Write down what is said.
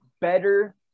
better